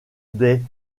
des